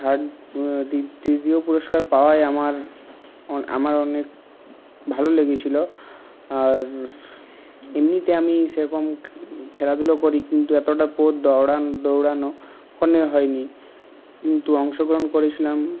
third the তৃতীয় পুরস্কার পাওয়াই আমার আমার অনেক ভালো লেগেছিলো আর এমনিতে আমি সেরকম খেলাধুলো করি কিন্তু অতোটা পথ দৌঁড় দৌঁড়ানো কখনই হয়নি কিন্তু অংশগ্রহণ করেছিলাম